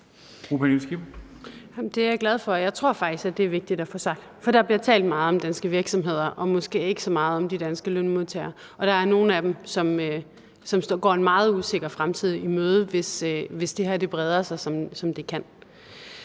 Det er jeg glad for. Jeg tror faktisk, at det er vigtigt at få sagt, for der bliver talt meget om danske virksomheder og måske ikke så meget om de danske lønmodtagere, og der er nogle af dem, som går en meget usikker fremtid i møde, hvis det her breder sig, som det kan.